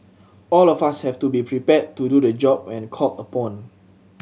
all of us have to be prepared to do the job when called upon